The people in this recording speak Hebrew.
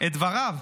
את דבריו: